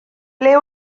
ble